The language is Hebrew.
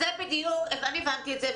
אני הבנתי את זה.